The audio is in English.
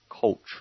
culture